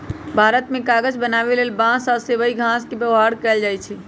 भारत मे कागज बनाबे लेल बांस आ सबइ घास के व्यवहार कएल जाइछइ